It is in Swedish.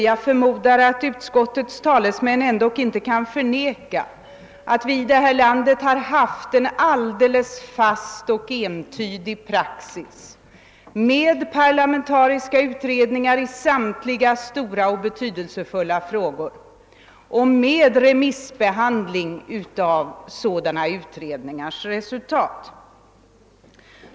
Jag förmodar att utskottets talesman ändå inte kan förneka att vi här i landet i samtliga stora och betydelsefulla frågor har haft en fast och entydig praxis med parlamentariska utredningar och med remissbehandling av utredningarnas resultat.